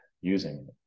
using